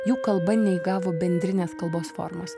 jų kalba neįgavo bendrinės kalbos formos